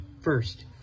first